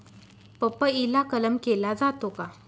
पपईला कलम केला जातो का?